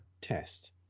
test